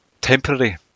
temporary